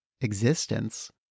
existence